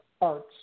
arts